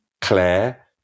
Claire